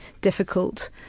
difficult